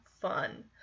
fun